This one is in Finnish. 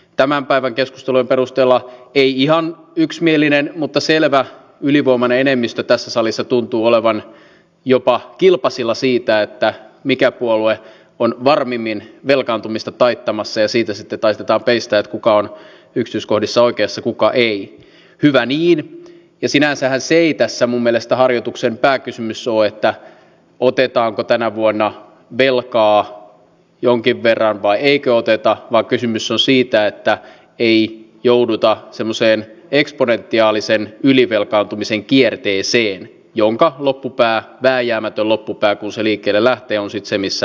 tämän päivän keskustelun perusteella ei ihan yksimielinen mutta selevä ylivoimainen enemmistö tässä salissa tuntuu olevan jopa kilpasilla siitä että mikä puolue on varmimmin velkaantumista taittamassa ja siitä sitten taitetaan peistä kuka on yksityiskohdissa oikeassa kuka ei hyvä niin ei sinänsä ei tässä mun mielestä harjoituksen pääkysymyso että otetaanko tänä vuonna velkaa jonkin verran vai eikö oteta vaan kysymys on siitä että ei jouduta semmoiseen eksponentiaalisen ylivelkaantumisen kierteeseen jonka loppupää vääjäämätön loppupää kun se oli keväällä teos itse missä